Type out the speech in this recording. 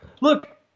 look